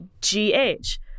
G-H